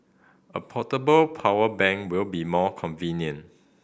a portable power bank will be more convenient